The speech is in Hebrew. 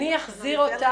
אני אחזיר אותך